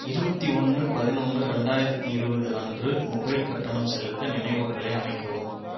இருபத்தி ஒன்று பதினொன்று ரெண்டாயிரத்து இருபது அன்று மொபைல் கட்டணம் செலுத்த நினைவூட்டலை அமைக்கவும்